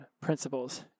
principles